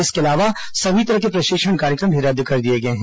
इसके अलावा सभी तरह के प्रशिक्षण कार्यक्रम भी रद्द कर दिए गए हैं